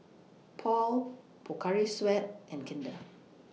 Paul Pocari Sweat and Kinder